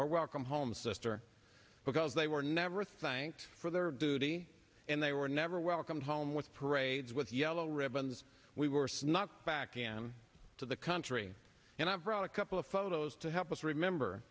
or welcome home sister because they were never thanked for their duty and they were never welcomed home with parades with yellow ribbons we were snuck back again to the country and i've brought a couple of photos to help us remember